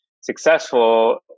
successful